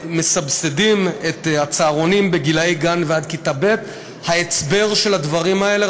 מסבסדים את הצהרונים מגיל הגן ועד כיתה ב' ההצבר של הדברים האלה,